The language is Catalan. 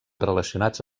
relacionats